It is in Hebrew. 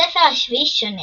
הספר השביעי שונה,